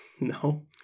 No